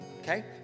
okay